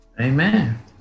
Amen